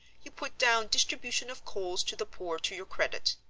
you put down distribution of coals to the poor to your credit.